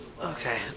okay